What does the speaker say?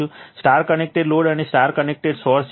Y connected load અને Y connected source છે